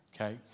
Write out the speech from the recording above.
okay